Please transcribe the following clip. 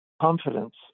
confidence